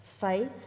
faith